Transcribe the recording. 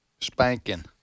spanking